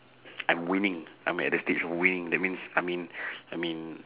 I'm winning I'm at the stage of winning that means I mean I mean